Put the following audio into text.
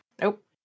Nope